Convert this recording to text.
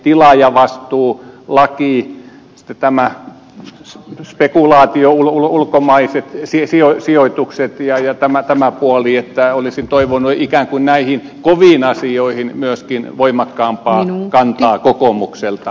mutta tämä tärkeä tilaajavastuulaki spekulaatio ulkomaiset sijoitukset ja tämä puoli olisin toivonut ikään kuin näihin koviin asioihin myöskin voimakkaampaa kantaa kokoomukselta